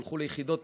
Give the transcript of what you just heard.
תלכו ליחידות,